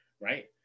right